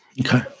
Okay